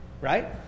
right